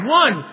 one